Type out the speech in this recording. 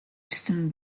ирсэн